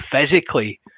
physically